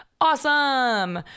awesome